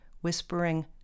whispering